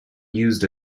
used